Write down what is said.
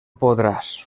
podràs